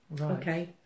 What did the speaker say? okay